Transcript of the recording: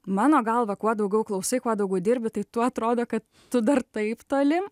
mano galva kuo daugiau klausai kuo daugiau dirbi tai tuo atrodo kad tu dar taip toli